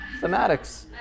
Thematics